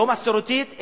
לא מסורתית,